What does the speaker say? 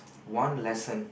one lesson